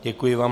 Děkuji vám.